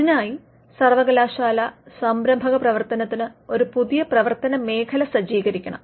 അതിനായി സർവ്വകലാശാല സംരഭകപ്രവർത്തനത്തിന് ഒരു പുതിയ പ്രവർത്തനമേഖല സജ്ജീകരിക്കണം